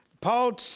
Paul